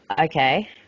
Okay